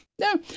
No